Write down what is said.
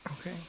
Okay